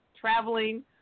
Traveling